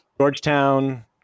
Georgetown